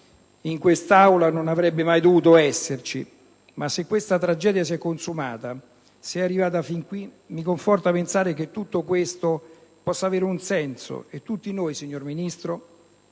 in quest'Aula, non avrebbe mai dovuto aver luogo. Se però questa tragedia si è consumata ed è arrivata fin qui, mi conforta pensare che tutto questo possa avere un senso. Tutti noi, colleghi,